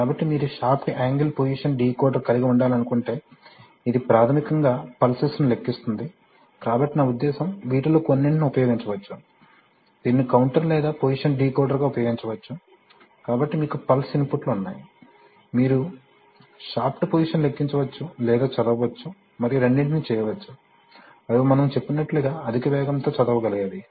కాబట్టి మీరు shaft angle position decoder కలిగి ఉండాలనుకుంటే ఇది ప్రాథమికంగా పల్సెస్ ను లెక్కిస్తోంది కాబట్టి నా ఉద్దేశ్యం వీటిలో కొన్నింటిని ఉపయోగించవచ్చు దీనిని కౌంటర్ లేదా పొజిషన్ డీకోడర్ గా ఉపయోగించవచ్చు కాబట్టి మీకు పల్స్ ఇన్పుట్లు ఉన్నాయి మీరు షాఫ్ట్ పొజిషన్ ని లెక్కించవచ్చు లేదా చదవవచ్చు మరియు రెండింటినీ చేయవచ్చు అవి మనము చెప్పినట్లుగా అధిక వేగం తో చదవగలిగేవి